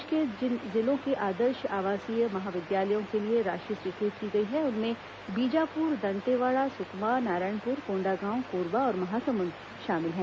प्रदेश के जिन जिलों के आदर्श आवासीय महाविद्यालयों के लिए राशि स्वीकृत की गई हैं उनमें बीजापुर दंतेवाड़ा सुकमा नारायणपुर कोण्डागांव कोरबा और महासमुन्द शामिल हैं